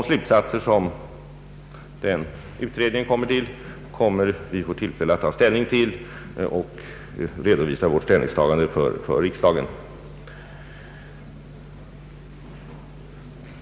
När denna utredning är klar, kommer regeringen att ta ställning och att redovisa detta ställningstagande för riksdagen.